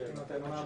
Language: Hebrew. מכל הלב